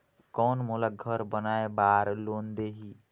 कौन मोला घर बनाय बार लोन देही?